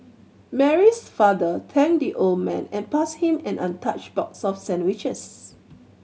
Mary's father thanked the old man and passed him an untouched box of sandwiches